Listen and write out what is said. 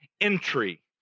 entry